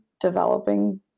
developing